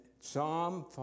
Psalm